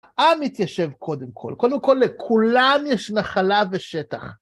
העם מתיישב קודם כל, קודם כל לכולם יש נחלה ושטח.